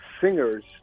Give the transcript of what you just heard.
singers